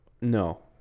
No